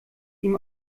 ihm